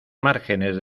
márgenes